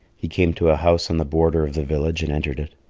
he came to a house on the border of the village and entered it.